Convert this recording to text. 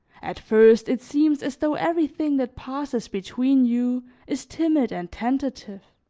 at first it seems as though everything that passes between you is timid and tentative,